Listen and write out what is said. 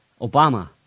Obama